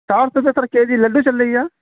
چار سو روپیہ سر کے جی لڈو چل رہی ہے